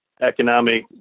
economic